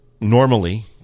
normally